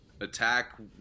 attack